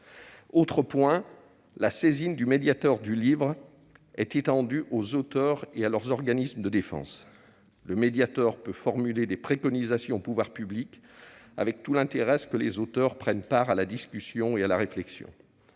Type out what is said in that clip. Autre point, la saisine du médiateur du livre est étendue aux auteurs et à leurs organismes de défense. Le médiateur peut formuler des préconisations aux pouvoirs publics ; l'intérêt est aussi que les auteurs prennent part à la discussion et à la réflexion.